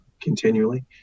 continually